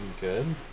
good